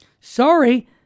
Sorry